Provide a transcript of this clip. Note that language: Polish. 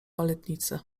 baletnice